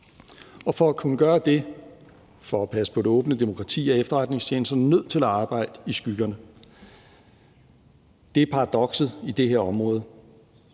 For at kunne gøre det, for at passe på det åbne demokrati, er efterretningstjenesterne nødt til at arbejde i skyggerne. Det er paradokset i det her område: